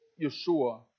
Yeshua